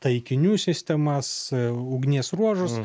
taikinių sistemas ugnies ruožus